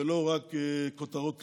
ולא רק כותרות כלליות.